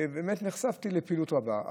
באמת נחשפתי לפעילות רבה.